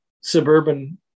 suburban